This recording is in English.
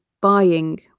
buying